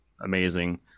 amazing